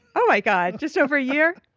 oh my god, just over a year?